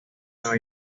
nueva